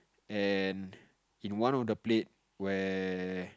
and in one of the plate where